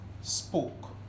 spoke